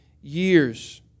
years